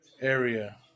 Area